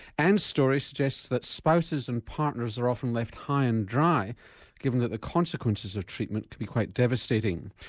ann's story suggests that spouses and partners are often left high and dry given that the consequences of treatment can be quite devastating.